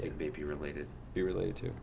they may be related be related to